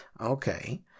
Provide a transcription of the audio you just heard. Okay